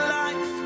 life